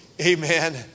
Amen